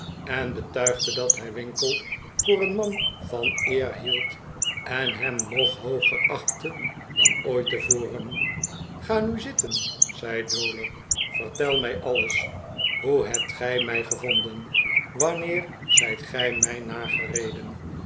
en betuigde dat hij winkle voor een man van eer hield en hem nog hooger achtte dan ooit tevoren ga nu zitten zei dowler vertel mij alles hoe hebt gij mij gevonden wanneer zijt gij mij nagerederi